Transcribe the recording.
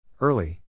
Early